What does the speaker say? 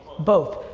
both.